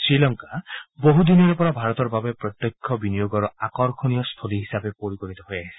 শ্ৰীলংকা বহুদিনৰে পৰা ভাৰতৰ বাবে প্ৰত্যক্ষ বিনিয়োগৰ আকৰ্ষণীয়স্থলী হিচাপে পৰিগণিত হৈ আহিছে